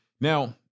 Now